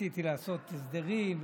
ניסיתי לעשות הסדרים.